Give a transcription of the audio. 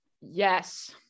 Yes